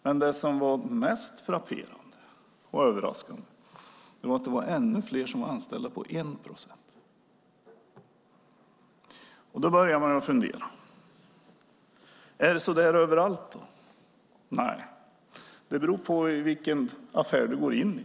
Men det mest frapperande och överraskande var att ännu flera var anställda på 1 procent! Då börjar man fundera. Är det så överallt? Nej, det beror på vilken affär man går in i.